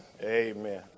Amen